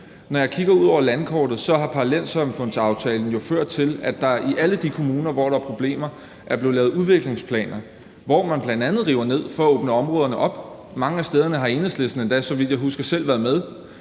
Når jeg kigger ud over landkortet, har parallelsamfundsaftalen jo ført til, at der i alle de kommuner, hvor der er problemer, er blevet lavet udviklingsplaner, hvor man bl.a. river ned for at åbne områderne op. Mange af stederne har Enhedslisten endda, så vidt jeg husker, selv været med.